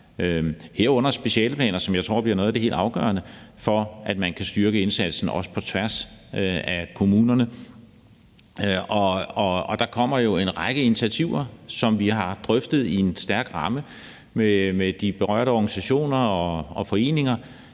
herunder specialeplaner, som jeg tror bliver noget af det helt afgørende for, at man kan styrke indsatsen på tværs af kommunerne. Der kommer jo en række initiativer, som vi har drøftet i en stærk ramme med de berørte organisationer og foreninger.